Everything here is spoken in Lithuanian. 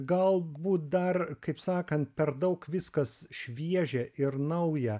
galbūt dar kaip sakant per daug viskas šviežia ir nauja